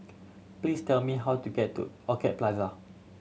please tell me how to get to Orchid Plaza